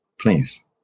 Please